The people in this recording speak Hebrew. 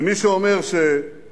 ומי שאומר, אני